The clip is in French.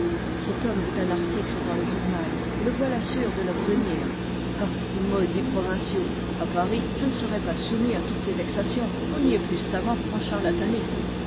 cet homme veut un article dans le journal et le voilà sûr de l'obtenir ah maudits provinciaux à paris je ne serais pas soumis à toutes ces vexations on y est plus savant en charlatanisme